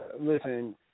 listen